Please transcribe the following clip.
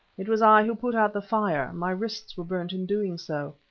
it was i who put out the fire my wrists were burnt in doing so.